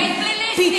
את היית פליליסטית.